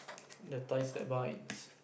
the ties that binds